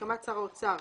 בהסכמת שר האוצר,